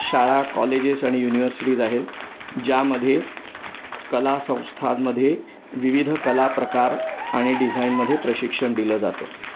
शाळा कॉलेजेस आणि युनिव्हर्सिटीज आहेत ज्यामध्ये कला संस्थामध्ये विविध कला प्रकार आणि डिझाईनमध्ये प्रशिक्षण दिलं जातं